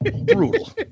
Brutal